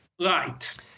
Right